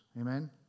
Amen